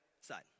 side